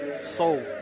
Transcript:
soul